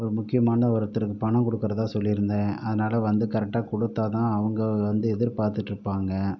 ஒரு முக்கியமான ஒருத்தருக்கு பணம் கொடுக்கறதா சொல்லியிருந்தேன் அதனால வந்து கரெக்டாக கொடுத்தா தான் அவங்க வந்து எதிர்பார்த்துட்டு இருப்பாங்க